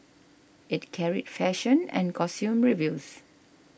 it carried fashion and costume reviews